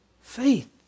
faith